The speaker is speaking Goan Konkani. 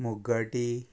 मुगगाठी